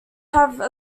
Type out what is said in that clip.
have